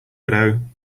widow